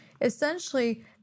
Essentially